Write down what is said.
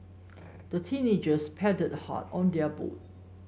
the teenagers paddled hard on their boat